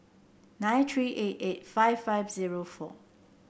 nine three eight eight five five zero four